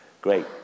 great